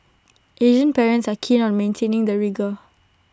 Asian parents are keen on maintaining the rigour